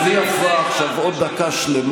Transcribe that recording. אני אאפשר לך בלי הפרעה עכשיו עוד דקה שלמה,